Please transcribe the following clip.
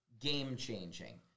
game-changing